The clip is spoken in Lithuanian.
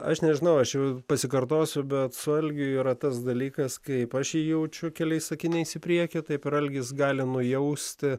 aš nežinau aš jau pasikartosiu bet su algiu yra tas dalykas kaip aš jį jaučiu keliais sakiniais į priekį taip ir algis gali nujausti